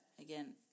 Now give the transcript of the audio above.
Again